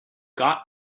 got